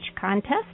contest